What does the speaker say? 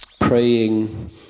praying